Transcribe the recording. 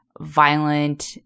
violent